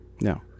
No